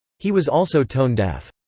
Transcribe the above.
he was also tone deaf.